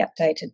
updated